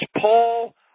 Paul